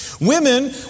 Women